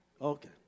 Okay